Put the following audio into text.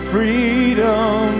Freedom